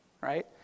right